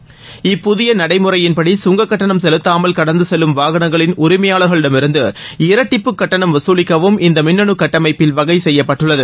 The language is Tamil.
செலுத்தாமல் இப்புகிய நடைமுறையின்படி கங்கக்கட்டணம் கடந்து செல்லும் வாகனங்களின் உரிமையாளரிடமிருந்து இரட்டிப்பு கட்டணம் வசூலிக்கவும் இந்த மின்னனு கட்டமைப்பில் வகை செய்யப்பட்டுள்ளது